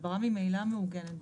הדברה ממילא מעוגנת.